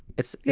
it's. yeah.